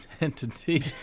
entity